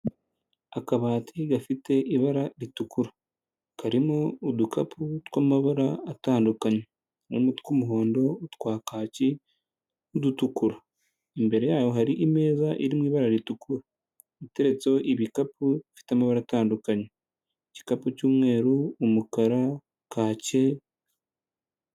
Akabati gafite ibara ritukura karimo udukapu tw'amabara atandukanye , harimo utw'umuhondo, utwa kaki n'udutukura, imbere yaho hari imeza irimo ibara ritukura iteretseho ibikapu bifite amabara atandukanye, igikapu cy'umweru, umukara, kake.